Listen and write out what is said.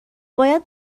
باید